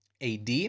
AD